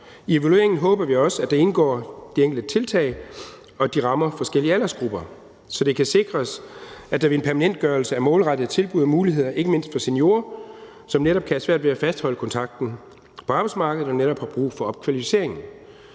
I evalueringen håber vi også, at de enkelte tiltag indgår, og at de rammer forskellige aldersgrupper, så det kan sikres, at der ved en permanentgørelse er målrettede tilbud og muligheder, ikke mindst for seniorer, som netop kan have svært ved at fastholde kontakten til arbejdsmarkedet og netop har brug for opkvalificering.